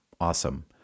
Awesome